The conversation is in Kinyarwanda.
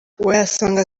wayasanga